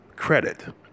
credit